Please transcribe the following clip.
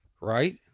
right